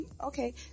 Okay